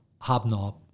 hobnob